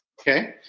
Okay